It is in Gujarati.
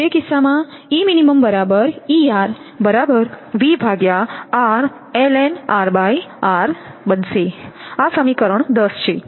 તેથી તે કિસ્સામાં આ સમીકરણ 10 છે